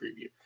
preview